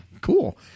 cool